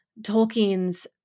Tolkien's